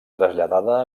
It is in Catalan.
traslladada